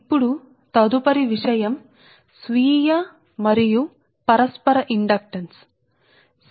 ఇప్పుడు తదుపరి విషయం ఆ స్వీయ మరియు పరస్పర ఇండక్టన్స్ సరే